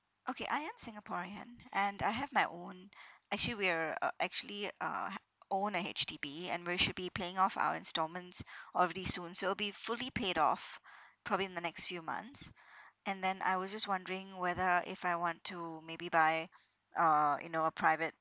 okay I am singaporean hand and I have my own actually we're uh actually uh h~ own a H_D_B and we should be paying off our installments already soon so it will be fully paid off probably in the next few months and then I was just wondering whether if I want to maybe buy uh you know a private